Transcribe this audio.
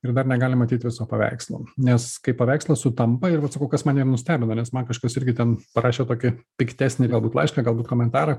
ir dar negalim matyt viso paveikslo nes kai paveikslas sutampa ir vat sakau kas mane ir nustebino nes man kažkas irgi ten parašė tokį piktesnį galbūt laišką galbūt komentarą